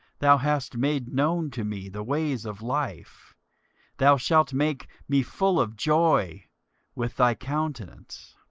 thou hast made known to me the ways of life thou shalt make me full of joy with thy countenance.